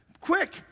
Quick